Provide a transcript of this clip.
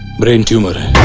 brain tumor.